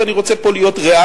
ואני רוצה פה להיות ריאלי.